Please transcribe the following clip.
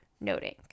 noting